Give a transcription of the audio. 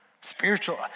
Spiritual